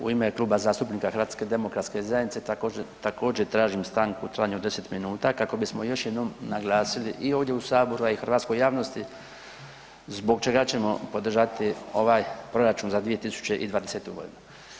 U ime Kluba zastupnika HDZ-a također tražim stanku u trajanju od 10 minuta kako bismo još jednom naglasili i ovdje u saboru, a i hrvatskoj javnosti zbog čega ćemo podržati ovaj proračuna za 2020. godinu.